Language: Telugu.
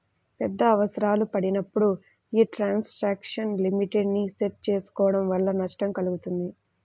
పెద్ద అవసరాలు పడినప్పుడు యీ ట్రాన్సాక్షన్ లిమిట్ ని సెట్ చేసుకోడం వల్ల నష్టం కల్గుతుంది